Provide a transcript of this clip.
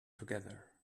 together